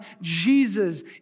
Jesus